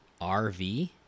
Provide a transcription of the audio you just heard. RV